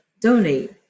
donate